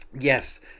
Yes